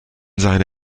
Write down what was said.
seine